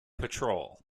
patrol